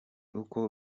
uko